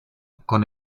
con